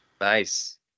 Nice